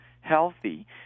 healthy